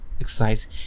exercise